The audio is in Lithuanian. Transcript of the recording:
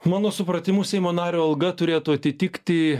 mano supratimu seimo nario alga turėtų atitikti